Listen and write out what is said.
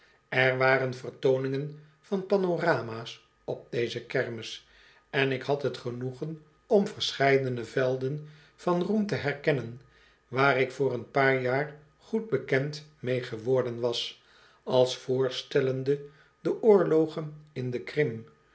er waren vertooningen van panorama's op deze kermis en ik had het genoegen om verscheidene velden van roem te herkennen waar ik voor een paar jaar goed bekend mee geworden was als voorstellende de oorlogen in de